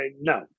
No